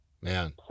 Man